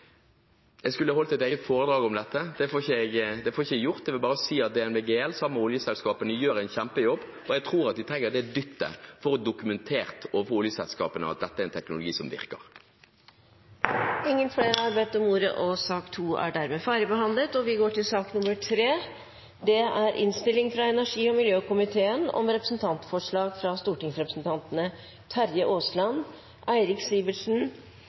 Jeg skulle holdt et eget foredrag om dette. Det får jeg ikke gjort. Jeg vil bare si at DNV GL, sammen oljeselskapene, gjør en kjempejobb, og jeg tror at de trenger det dyttet for å få dokumentert overfor oljeselskapene at dette er en teknologi som virker. Flere har ikke bedt om ordet til sak nr. 2. Etter ønske fra energi- og miljøkomiteen vil presidenten foreslå at taletiden blir begrenset til 5 minutter til hver partigruppe og